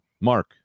Mark